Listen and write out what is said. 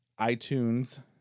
iTunes